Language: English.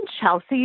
Chelsea